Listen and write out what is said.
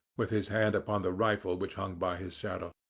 with his hand upon the rifle which hung by his saddle.